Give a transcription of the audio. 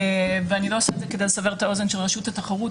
אני לא אגיד כדי לסבר את האוזן של רשות התחרות,